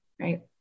right